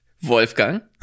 Wolfgang